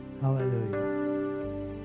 Hallelujah